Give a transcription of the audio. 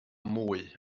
mwy